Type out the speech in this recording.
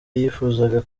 yifuzaga